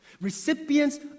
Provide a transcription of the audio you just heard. recipients